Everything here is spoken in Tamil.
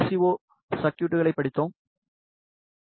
ஓ சர்குய்ட்களைப் படித்தோம் எம்